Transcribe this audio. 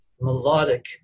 melodic